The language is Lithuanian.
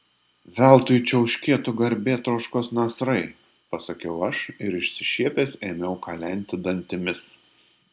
veltui čiauškėtų garbėtroškos nasrai pasakiau aš ir išsišiepęs ėmiau kalenti dantimis